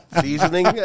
Seasoning